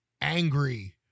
angry